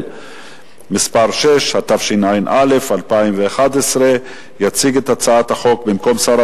6), התשע"א 2011, עברה